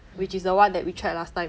mm